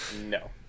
No